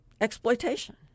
exploitation